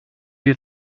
you